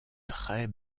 très